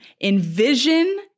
Envision